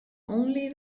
only